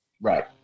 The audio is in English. Right